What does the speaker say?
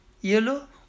Yellow